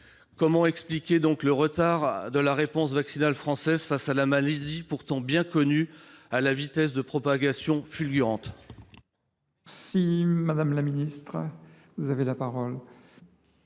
Comment expliquer le retard de la réponse vaccinale française face à une maladie pourtant bien connue et à la vitesse de propagation fulgurante ? La parole est à Mme la ministre. Monsieur le